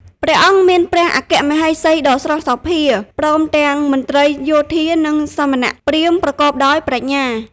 ព្រះអង្គមានព្រះអគ្គមហេសីដ៏ស្រស់សោភា ព្រមទាំងមន្ត្រីយោធា និងសមណព្រាហ្មណ៍ប្រកបដោយប្រាជ្ញា។